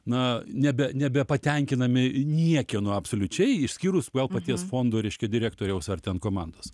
na nebe nebepatenkinami niekieno absoliučiai išskyrus paties fondo reiškia direktoriaus ar ten komandos